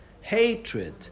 hatred